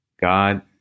God